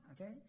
okay